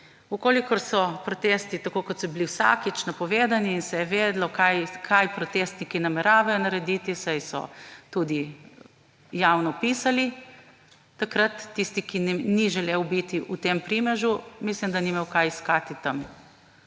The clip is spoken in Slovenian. sami. Če so protesti, kakor so bili vsakič, napovedani in se je vedelo, kaj protestniki nameravajo narediti, saj so tudi javno pisali, takrat tisti, ki ni želel biti v tem primežu, mislim, da ni imel kaj iskati tam.